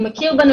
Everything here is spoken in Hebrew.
הוא מכיר בנו,